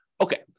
Okay